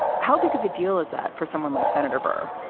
how big of a deal is that for someone like senator burr?